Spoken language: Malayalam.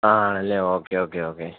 ആ ആണല്ലേ ഓക്കെ ഓക്കെ ഓക്കെ